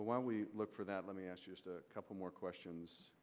about when we look for that let me ask you a couple more questions